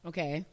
Okay